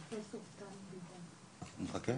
אוקיי,